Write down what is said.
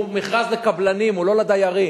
הוא מכרז לקבלנים, הוא לא לדיירים.